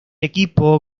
equipo